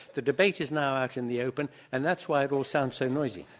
the debate is now out in the open. and that's why it all sounds so noisy.